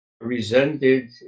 resented